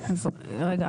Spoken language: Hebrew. רגע,